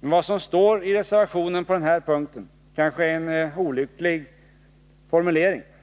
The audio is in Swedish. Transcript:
Men vad som står i reservationen på den här punkten kanske är en olycklig och illa genomtänkt formulering.